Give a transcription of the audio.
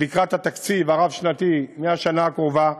עכשיו לקראת התקציב הרב-שנתי, מהשנה הקרובה,